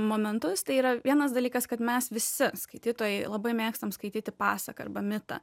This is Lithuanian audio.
momentus tai yra vienas dalykas kad mes visi skaitytojai labai mėgstam skaityti pasaką arba mitą